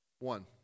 One